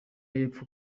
y’epfo